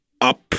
up